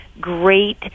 great